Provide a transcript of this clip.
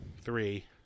Three